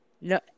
No